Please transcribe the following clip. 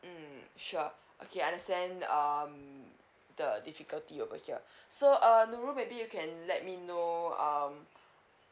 mm sure okay I understand um the difficulty over here so uh nurul maybe you can let me know um